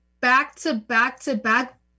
back-to-back-to-back